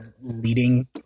leading